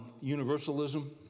universalism